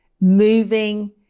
moving